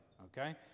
Okay